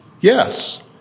yes